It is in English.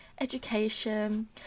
education